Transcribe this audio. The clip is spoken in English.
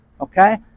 Okay